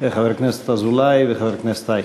לחבר הכנסת אזולאי ולחבר הכנסת אייכלר.